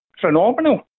phenomenal